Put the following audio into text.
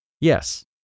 Yes